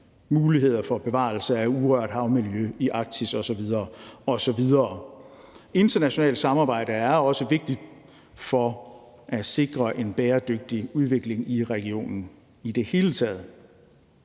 muligheder for bevarelse af urørt havmiljø i Arktis osv. osv. Internationalt samarbejde er også vigtigt for at sikre en bæredygtig udvikling i regionen i det hele taget.